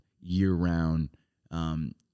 year-round